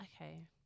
okay